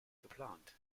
geplant